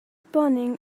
planning